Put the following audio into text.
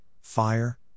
fire